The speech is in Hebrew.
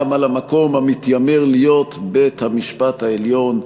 גם על המקום המתיימר להיות בית-המשפט העליון,